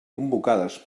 convocades